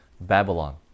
Babylon